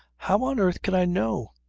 how on earth can i know?